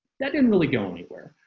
that didn't really go anywhere.